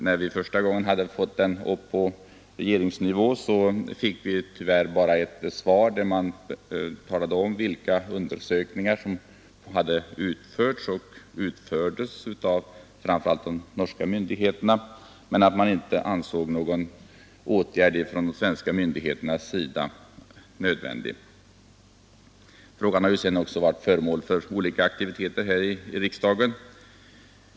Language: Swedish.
När vi hade fört upp den på regeringsnivå fick vi tyvärr bara ett svar, där man talade om vilka undersökningar som hade utförts och utfördes av framför allt de norska myndigheterna, men man ansåg inte någon åtgärd från de svenska myndigheternas sida nödvändig. Frågan har sedan varit föremål för olika aktiviteter här i riksdagen.